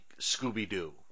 Scooby-Doo